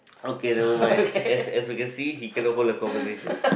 okay nevermind as as we can see he cannot hold a conversation